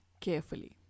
carefully